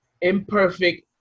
imperfect